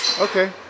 Okay